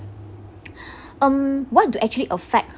um what do actually affect